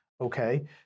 Okay